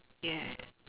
yes